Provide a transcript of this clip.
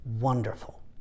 wonderful